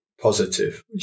positive